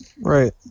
Right